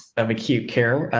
of acute care, ah,